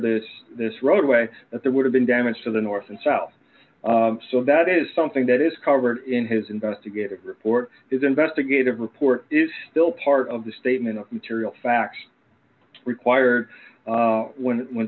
this this roadway that there would have been damage to the north and south so that is something that is covered in his investigative report is investigative report is still part of the statement of material facts required when when